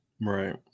Right